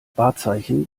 wahrzeichen